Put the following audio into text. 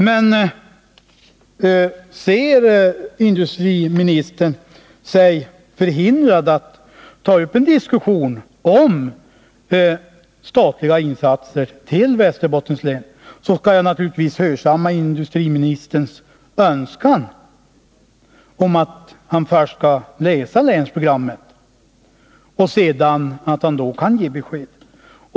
Men ser industriministern sig förhindrad att ta upp en diskussion om statliga insatser i Västerbottens län, skall jag naturligtvis rätta mig efter industriministerns önskan att få läsa Nr 14 länsprogrammet, innan han lämnar besked.